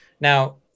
Now